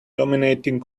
dominating